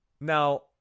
Now